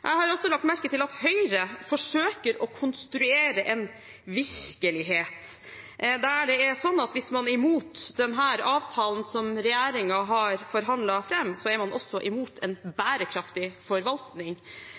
Jeg har også lagt merke til at Høyre forsøker å konstruere en virkelighet der det er sånn at hvis man er imot denne avtalen som regjeringen har forhandlet fram, er man også imot en bærekraftig forvaltning